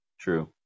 True